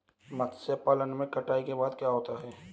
मत्स्य पालन में कटाई के बाद क्या है?